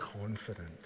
confident